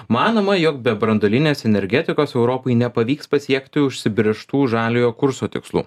manoma jog be branduolinės energetikos europai nepavyks pasiekti užsibrėžtų žaliojo kurso tikslų